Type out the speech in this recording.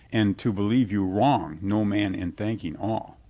and to believe you wrong no man in thanking all.